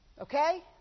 Okay